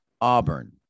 Auburn